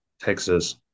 Texas